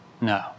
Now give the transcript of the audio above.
no